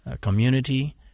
community